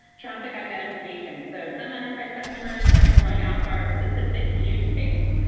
traffic identification, so some enterprise customers are deploying app guard with specific use case,